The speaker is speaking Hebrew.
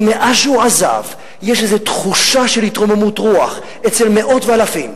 כי מאז שהוא עזב יש איזו תחושה של התרוממות רוח אצל מאות ואלפים,